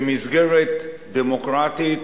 במסגרת דמוקרטית,